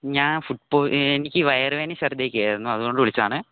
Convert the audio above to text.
ഞാൻ ഫുഡ്പ്പോയ് എനിക്ക് വയറുവേദനയും ശർദി ഒക്കെ ആയിരുന്നു അതുകൊണ്ട് വിളിച്ചതാണ്